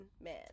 man